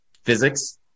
physics